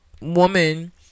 woman